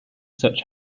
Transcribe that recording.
such